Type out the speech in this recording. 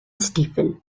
stephen